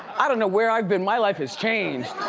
i don't know where i've been. my life has changed.